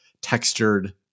textured